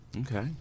Okay